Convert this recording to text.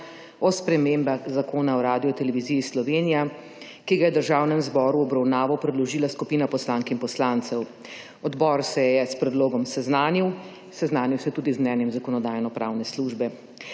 o spremembah Zakona o Radioteleviziji Slovenija, ki ga je Državnemu zboru v obravnavo predložila skupina poslank in poslancev. Odbor se je s predlogom seznanil. Seznanil se je tudi z mnenjem Zakonodajno-pravne službe.